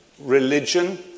religion